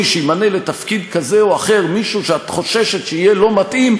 שימנה לתפקיד כזה או אחר מישהו שאת חוששת שיהיה לא מתאים,